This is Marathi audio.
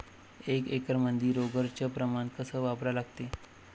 एक एकरमंदी रोगर च प्रमान कस वापरा लागते?